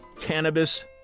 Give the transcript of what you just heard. cannabis